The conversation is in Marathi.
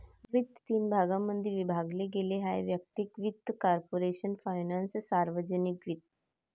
वित्त तीन भागांमध्ये विभागले गेले आहेः वैयक्तिक वित्त, कॉर्पोरेशन फायनान्स, सार्वजनिक वित्त